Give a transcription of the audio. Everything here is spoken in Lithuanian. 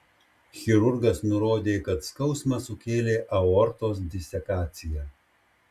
chirurgas nurodė kad skausmą sukėlė aortos disekacija